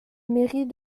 mairie